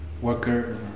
worker